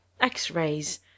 X-rays